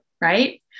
right